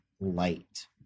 light